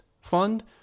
fund